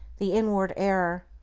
the inward error.